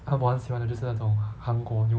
part 我很喜欢的就是那种韩国牛